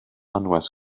anwes